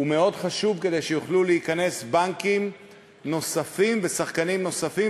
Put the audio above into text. הוא מאוד חשוב כדי שיוכלו להיכנס בנקים נוספים ושחקנים נוספים,